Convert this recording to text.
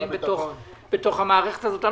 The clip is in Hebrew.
שנמצאים בתוך המערכת הזאת.